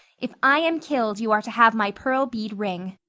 if i am killed you are to have my pearl bead ring.